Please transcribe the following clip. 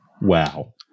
Wow